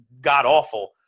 god-awful